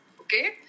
okay